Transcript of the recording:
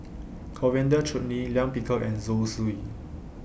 Coriander Chutney Lime Pickle and Zosui